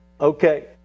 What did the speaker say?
Okay